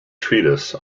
treatise